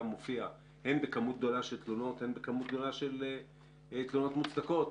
מופיע הן בכמות גדולה של תלונות והן בכמות גדולה של תלונות מוצדקות,